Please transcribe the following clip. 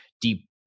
deep